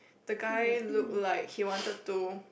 the guy look like he wanted to